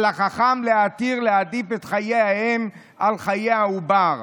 על החכם להתיר להעדיף את חיי האם על חיי העובר.